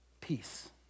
peace